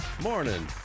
Morning